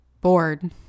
bored